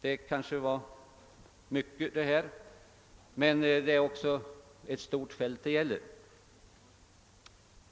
Jag har här lämnat en utförlig framställning, men det gäller också ett stort fält.